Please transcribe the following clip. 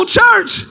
church